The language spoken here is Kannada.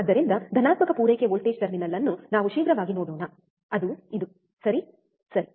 ಆದ್ದರಿಂದ ಧನಾತ್ಮಕ ಪೂರೈಕೆ ವೋಲ್ಟೇಜ್ ಟರ್ಮಿನಲ್ ಅನ್ನು ನಾವು ಶೀಘ್ರವಾಗಿ ನೋಡೋಣ ಅದು ಇದು ಸರಿ ಸರಿ